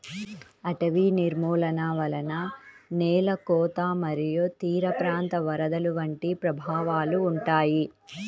అటవీ నిర్మూలన వలన నేల కోత మరియు తీరప్రాంత వరదలు వంటి ప్రభావాలు ఉంటాయి